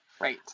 Right